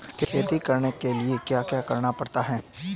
खेती करने के लिए क्या क्या करना पड़ता है?